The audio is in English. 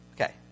Okay